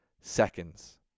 seconds